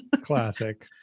Classic